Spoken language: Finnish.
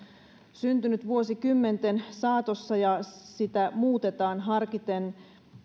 syntynyt vuosikymmenten saatossa ja sitä muutetaan harkiten